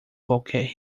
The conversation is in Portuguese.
qualquer